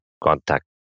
contact